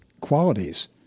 qualities